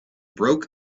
broke